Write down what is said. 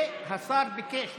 והשר ביקש.